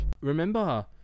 Remember